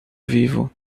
vivo